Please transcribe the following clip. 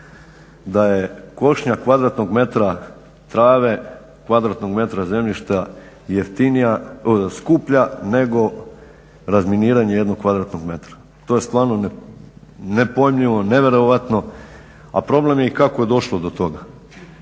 da je košnja kvadratnog metra trave kvadratnog metra zemljišta skuplja nego razminiranje jednog kvadratnog metra. To je stvarno nepojmljivo, nevjerojatno a problem je i kako je došlo do toga.